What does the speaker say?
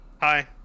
hi